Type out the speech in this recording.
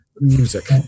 music